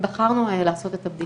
הם פשוט לא נכונים.